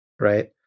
right